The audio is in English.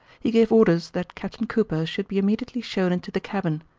he gave orders that captain cooper should be immediately shown into the cabin,